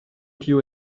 tio